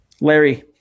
Larry